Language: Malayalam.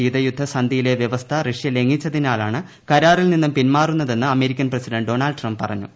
ശീതയുദ്ധ സന്ധിയിലെ വ്യവസ്ഥ റഷ്യ ലംഘിച്ചതിനാലാണ് കരാറിൽ നിന്നും പിൻമാറുന്നതെന്ന് അമേരിക്കൻ പ്രസിഡന്റ് ഡൊണാൾഡ് ട്രംപ് പറഞ്ഞു